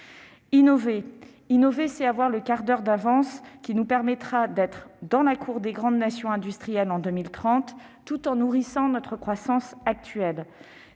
Innover. Il s'agit là d'avoir le quart d'heure d'avance qui nous permettra d'être dans la cour des grandes nations industrielles en 2030, tout en nourrissant notre croissance actuelle.